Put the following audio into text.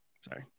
sorry